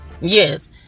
Yes